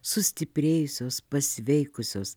sustiprėjusios pasveikusios